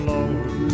Lord